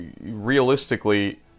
realistically